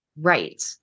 Right